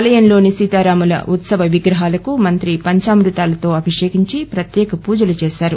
ఆయంలోని సీకారాము ఉత్పవ విగ్రహాకు మంత్రి పందామృతాలో అభిషేకం ప్రత్యేక పూజు చేశారు